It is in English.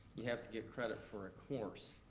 you have to get credit for a course.